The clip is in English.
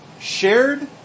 Shared